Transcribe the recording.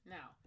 Now